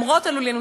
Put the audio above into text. אני מסיימת,